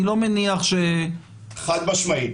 חד משמעית.